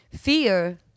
Fear